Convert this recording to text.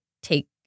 take